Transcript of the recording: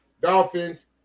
Dolphins